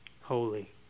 holy